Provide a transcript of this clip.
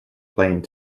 playing